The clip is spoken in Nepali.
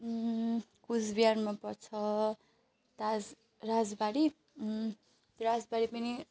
कुचबिहारमा पर्छ ताज राजबाडी राजबाडी पनि